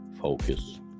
focus